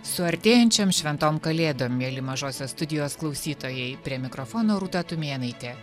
su artėjančiom šventom kalėdom mieli mažosio studijos klausytojai prie mikrofono rūta tumėnaitė